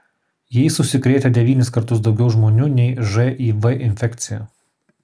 jais užsikrėtę devynis kartus daugiau žmonių nei živ infekcija